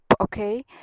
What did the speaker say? okay